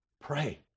Pray